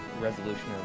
resolution